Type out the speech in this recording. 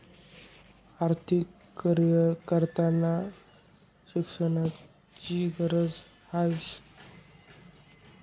आर्थिक करीयर कराना करता शिक्षणनी गरज ह्रास